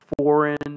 foreign